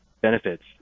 benefits